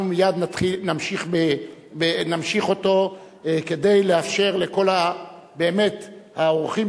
מייד נמשיך אותו כדי לאפשר באמת לכל האורחים